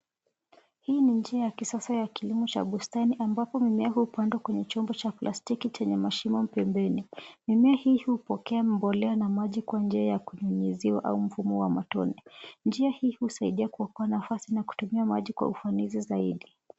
Hii ni njia ya kisasa ya kilimo cha bustani ambapo mimea hupandwa kwenye chombo cha plastiki chenye mashimo pembeni. Mimea hii hupokea mbolea na maji kwa njia ya kunyunyiziwa au mfumo wa matone. Njia hii husaidia kuokoa nafasi na kutumia maji kwa ufanisi zaidi.